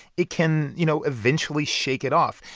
it can, you know, eventually shake it off.